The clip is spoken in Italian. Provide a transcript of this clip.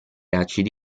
acidi